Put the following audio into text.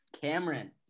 Cameron